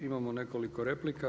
Imamo nekoliko replika.